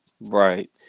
Right